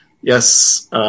Yes